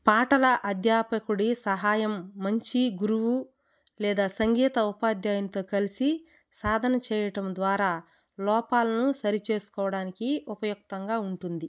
పాటల అధ్యాపకుడి సహాయం మంచి గురువు లేదా సంగీత ఉపాధ్యాయునితో కలిసి సాధన చేయటం ద్వారా లోపాలను సరిచేసుకోవడానికి ఉపయుక్తంగా ఉంటుంది